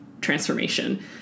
transformation